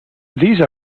these